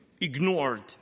ignored